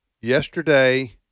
Yesterday